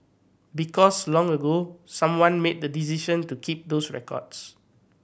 because long ago someone made the decision to keep these records